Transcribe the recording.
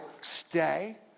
stay